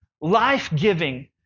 life-giving